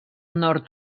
nord